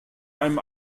einem